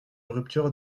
rupture